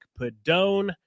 Padone